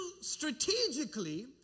strategically